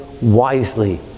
wisely